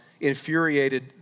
infuriated